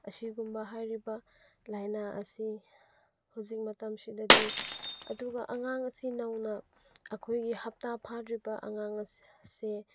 ꯑꯁꯤꯒꯨꯝꯕ ꯍꯥꯏꯔꯤꯕ ꯂꯥꯏꯅꯥ ꯑꯁꯤ ꯍꯧꯖꯤꯛ ꯃꯇꯝꯁꯤꯗꯗꯤ ꯑꯗꯨꯒ ꯑꯉꯥꯡ ꯑꯁꯤ ꯅꯧꯅ ꯑꯩꯈꯣꯏꯒꯤ ꯍꯞꯇꯥ ꯐꯥꯗ꯭ꯔꯤꯕ ꯑꯉꯥꯡ ꯑꯁꯦ